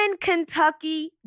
Kentucky